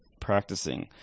practicing